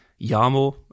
Yamo